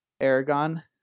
aragon